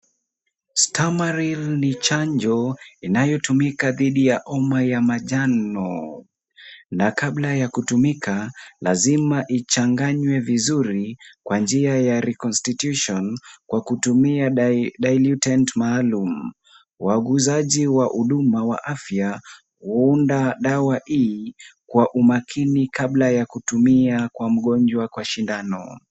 Stamaril ni chanjo inayotumika dhidi ya homa ya manjano na kabla ya kutumika lazima ichanganywe vizuri kwa njia ya reconstitution kwa kutumia dilutant maalum. Wauguzaji wa huduma wa afya, huunda dawa hii kwa umakini kabla ya kutumia kwa mgonjwa kwa sindano.